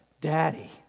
Daddy